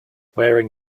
wearing